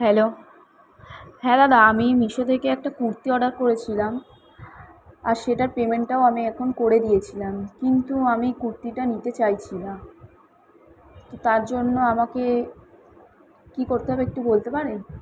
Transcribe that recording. hello হ্যাঁ দাদা আমি মিশো থেকে একটা কুর্তি অর্ডার করেছিলাম আর সেটার পেমেন্টাও আমি এখন করে দিয়েছিলাম কিন্তু আমি কুর্তিটা নিতে চাইছি না তো তার জন্য আমাকে কী করতে হবে একটু বলতে পারেন